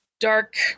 dark